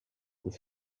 this